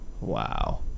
Wow